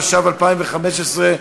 התשע"ו 2015,